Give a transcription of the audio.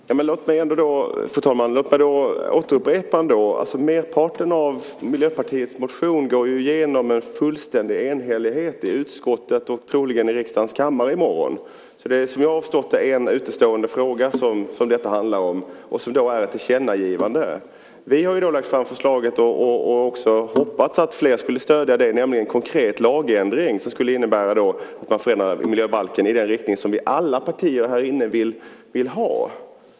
Fru talman! Låt mig ändå upprepa detta. Merparten av Miljöpartiets motion går ju igenom med fullständig enhällighet i utskottet och troligen i riksdagens kammare i morgon. Vad jag har förstått är det en utestående fråga som detta handlar om, och den rör ett tillkännagivande. Vi har lagt fram förslag, och också hoppats att fler skulle stödja det, om en konkret lagändring som skulle innebära att man förändrade miljöbalken i den riktning som alla partier här inne vill ha.